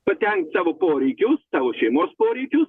patenkint savo poreikius savo šeimos poreikius